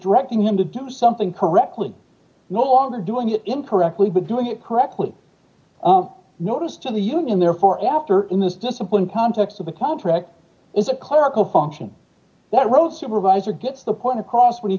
directing them to do something correctly you know all the doing it incorrectly but doing it correctly notice to the union therefore after in this discipline context of the contract is a clerical function that row supervisor gets the point across when he